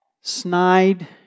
snide